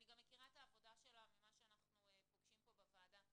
ואני גם מכירה את העבודה שלה ממה שאנחנו פוגשים פה בוועדה,